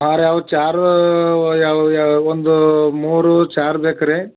ಚಾರ್ ಯಾವ ಚಾರೂ ಯಾವ ಯಾವ ಒಂದು ಮೂರು ಚಾರ್ ಬೇಕು ರೀ